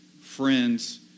friends